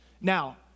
Now